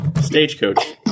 Stagecoach